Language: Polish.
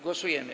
Głosujemy.